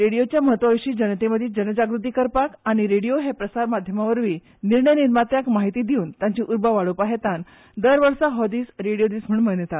रेडियोच्या म्हत्वा विशीं लोकां मदीं जनजागृती करपाक आनी रेडियो हें प्रसारमाध्यमा वरवीं निर्णय निर्मात्यांक म्हायती दिवन तांची उर्बा वाडोवपव हेतान दर वर्सा हो दीस रेडियो दीस म्हणून मनयतात